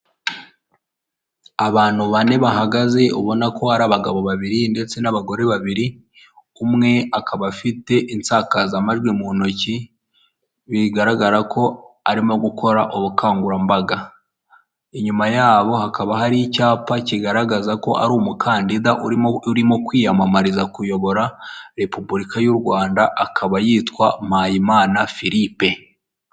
Abagore benshi n'abagabo benshi bicaye ku ntebe bari mu nama batumbiriye imbere yabo bafite amazi yo kunywa ndetse n'ibindi bintu byo kunywa imbere yabo hari amamashini ndetse hari n'indangururamajwi zibafasha kumvikana.